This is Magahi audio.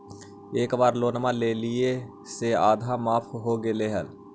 एक बार लोनवा लेलियै से आधा माफ हो गेले हल?